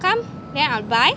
come then I'll buy